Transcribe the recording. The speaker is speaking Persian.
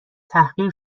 تحقیر